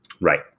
Right